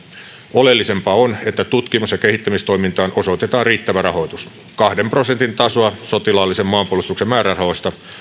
oleellisempaa on että tutkimus ja kehittämistoimintaan osoitetaan riittävä rahoitus kahden prosentin tasoa sotilaallisen maanpuolustuksen määrärahoista